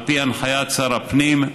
על פי הנחיית שר הפנים,